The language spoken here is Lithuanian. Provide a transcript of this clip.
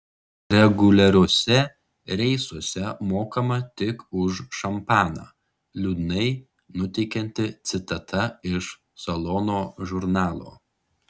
reguliariuose reisuose mokama tik už šampaną liūdnai nuteikianti citata iš salono žurnalo